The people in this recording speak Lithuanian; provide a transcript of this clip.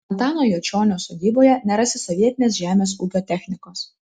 antano juočionio sodyboje nerasi sovietinės žemės ūkio technikos